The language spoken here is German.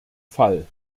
fall